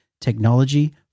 technology